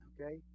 Okay